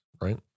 right